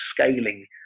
scaling